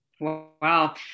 Wow